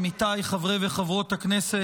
עמיתיי חברי וחברות הכנסת,